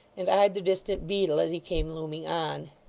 and eyed the distant beadle as he came looming on.